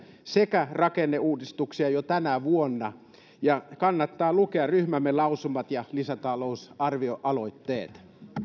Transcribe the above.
sekä rakenneuudistuksia jo tänä vuonna kannattaa lukea ryhmämme lausumat ja lisätalousarvioaloitteet